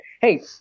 Hey